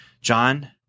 John